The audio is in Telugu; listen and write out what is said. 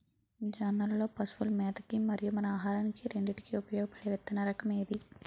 జొన్నలు లో పశువుల మేత కి మరియు మన ఆహారానికి రెండింటికి ఉపయోగపడే విత్తన రకం ఏది?